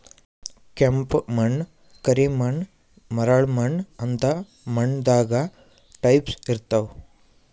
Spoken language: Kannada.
ಕೆಂಪ್ ಮಣ್ಣ್, ಕರಿ ಮಣ್ಣ್, ಮರಳ್ ಮಣ್ಣ್ ಅಂತ್ ಮಣ್ಣ್ ದಾಗ್ ಟೈಪ್ಸ್ ಇರ್ತವ್